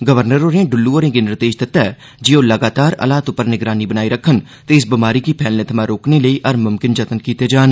governor होरें इल्लु होरें'गी निर्देश दिता जे ओह् लगातार हालात उप्पर निगरानी बनाई रक्खन ते इस बमारी गी फैलने थमां रोकने लेई हर मुमकन जतन कीते जान